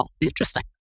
interesting